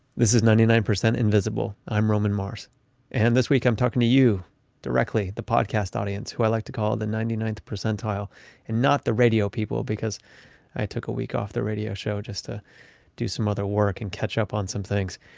this is ninety nine percent invisible. i'm roman mars and this week i'm talking to you directly. the podcast audience who i like to call the ninety ninth percentile and not the radio people because i took a week off the radio show just to do some other work and catch up on some things.